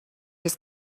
just